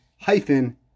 hyphen